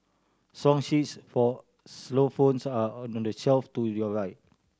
song sheets for xylophones are on the shelf to your right